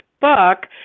book